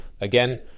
Again